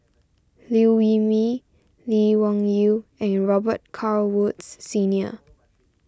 Liew Wee Mee Lee Wung Yew and your Robet Carr Woods Senior